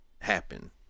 happen